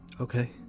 Okay